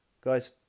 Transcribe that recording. guys